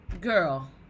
girl